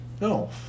No